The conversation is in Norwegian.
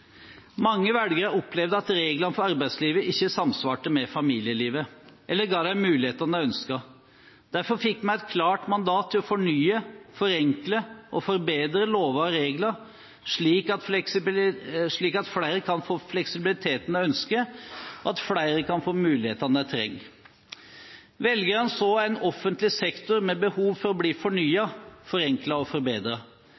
Mange velgere opplevde at reglene for arbeidslivet ikke samsvarte med familielivet eller ga dem de mulighetene de ønsket. Derfor fikk vi et klart mandat til å fornye, forenkle og forbedre lover og regler, slik at flere kan få fleksibiliteten de ønsker, og flere kan få mulighetene de trenger. Velgerne så en offentlig sektor med behov for å bli